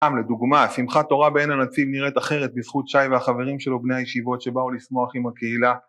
גם לדוגמה, השמחה תורה בעין הנציב נראית אחרת בזכות שי והחברים שלו בני הישיבות שבאו לשמוח עם הקהילה